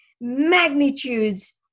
magnitudes